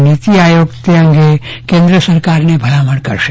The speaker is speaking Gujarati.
નીતિ આયોગ તે અંગે કેન્દ્ર સરકારને ભલામણ કરશે